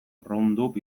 roundup